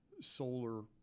solar